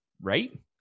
Right